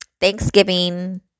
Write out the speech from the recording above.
Thanksgiving